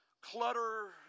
clutter